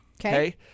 Okay